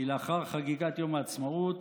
כי לאחר חגיגת יום העצמאות,